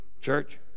Church